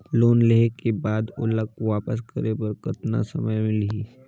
Loan लेहे के बाद ओला वापस करे बर कतना समय मिलही?